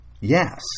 yes